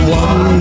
one